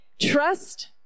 Trust